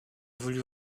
voulu